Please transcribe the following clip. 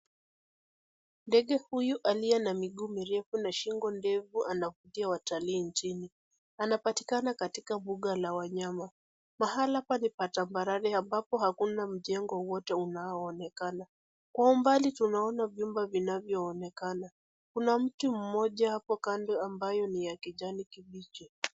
Ndege huyu aliye na miguu mirefu na shingo ndefu anavutia watalii nchini. Anapatikana katika mbuga la wanyama. Mahali hapa ni tambarare ambapo hakuna mjengo wowote unaonekana. Kwa umbali tunaona vyombo vinavyoonekana. Kuna mti mmoja hapo kando ambayo ni ya kijani kibichi.